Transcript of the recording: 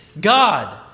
God